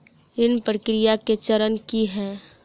ऋण प्रक्रिया केँ चरण की है?